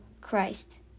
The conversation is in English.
Christ